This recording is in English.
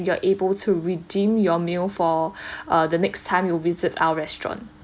you're able to redeem your meal for uh the next time you visit our restaurant